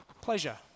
pleasure